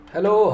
Hello